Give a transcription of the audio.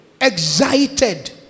excited